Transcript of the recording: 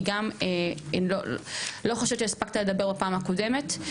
כי גם לא חושבת שהספקת לדבר בפעם הקודמת,